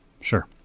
Sure